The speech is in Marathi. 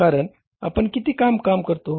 कारण आपण किती काम करतो